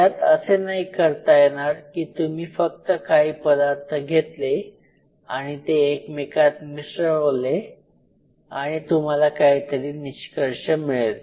यात असे नाही करता येणार की तुम्ही फक्त काही पदार्थ घेतले आणि ते एकमेकात मिसळवले आणि तुम्हाला काहीतरी निष्कर्ष मिळेल